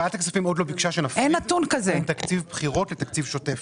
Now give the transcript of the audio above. ועדת הכספים עוד לא ביקשה שנפריד בין תקציב בחירות לתקציב שוטף.